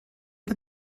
did